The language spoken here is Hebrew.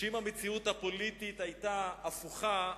שאם המציאות הפוליטית היתה הפוכה,